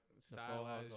style